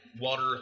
water